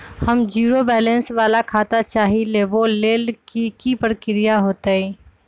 हम zero balance वाला खाता चाहइले वो लेल की की प्रक्रिया होतई?